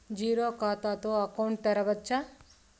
Zero ఖాతా తో account ను తెరవచ్చా?